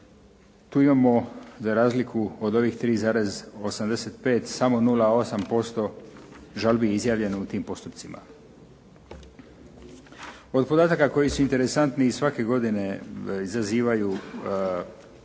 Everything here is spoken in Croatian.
tu imamo za razliku od ovih 3,85 samo 0,8% žalbi izjavljenih u tim postupcima. Od podataka koji su interesantni i svake godine izazivaju